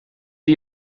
die